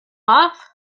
off